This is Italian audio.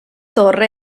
torre